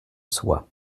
soi